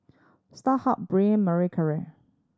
Starhub Braun Marie Claire